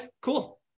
cool